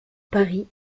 paris